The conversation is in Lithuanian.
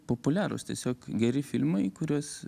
populiarūs tiesiog geri filmai kuriuos